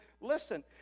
listen